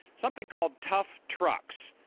something called tough trucks.